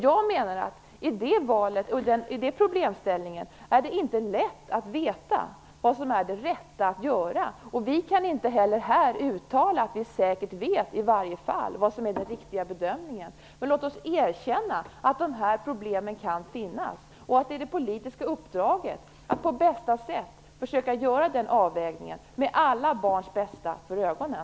Jag menar att det i det valet och med den problemställningen inte är lätt att veta vad som är det rätta att göra. Vi kan inte heller här uttala att vi i varje fall säkert vet vad som är den rätta bedömningen. Men låt oss erkänna att de här problemen kan finnas och att vi har det politiska uppdraget att på bästa sätt försöka göra den avvägningen med alla barns bästa för ögonen.